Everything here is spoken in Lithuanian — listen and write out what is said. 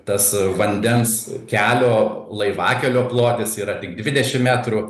tas vandens kelio laivakelio plotis yra tik dvidešim metrų